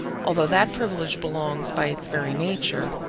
although that privilege belongs, by its very nature,